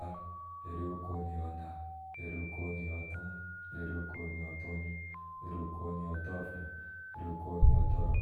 Tar dari ukow niyɔɔ ana, darti ukow niyɔɔ atɔɔ dari okow niyɔɔ tɔnyiŋ dari ukow niyɔɔ tɔyrei, dari ukow niyɔɔ tɔrɔk